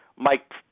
Mike